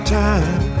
time